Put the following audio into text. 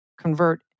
convert